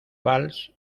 valls